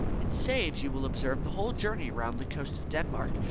it saves, you will observe, the whole journey round the coast of denmark,